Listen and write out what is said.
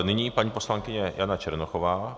Nyní paní poslankyně Jana Černochová.